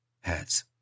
heads